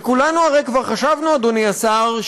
והרי כולנו כבר חשבנו, אדוני השר,